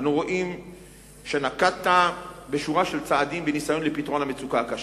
אנו רואים שנקטת שורה של צעדים בניסיון לפתרון המצוקה הקשה.